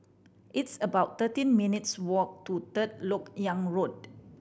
it's about thirteen minutes' walk to Third Lok Yang Road